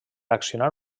accionar